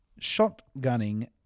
shotgunning